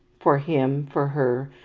for him, for her,